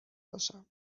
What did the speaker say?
باشم